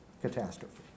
catastrophe